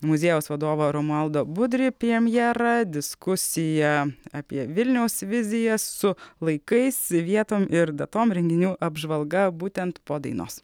muziejaus vadovą romualdą budrį pjemjera diskusija apie vilniaus viziją su vaikais vietom ir datom renginių apžvalga būtent po dainos